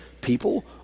people